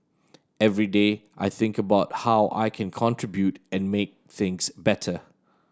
every day I think about how I can contribute and make things better